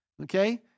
Okay